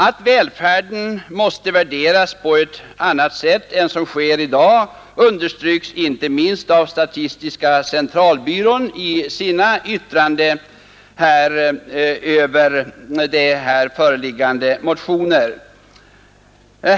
Att välfärden måste värderas på ett helt annat sätt än som sker i dag understryks inte minst av statistiska centralbyråns yttrande över de föreliggande motionerna.